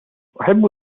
أحب